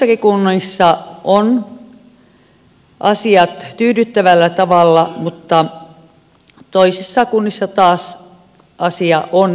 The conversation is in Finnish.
joissakin kunnissa on asiat tyydyttävällä tavalla mutta toisissa kunnissa taas asia on hieman retuperällä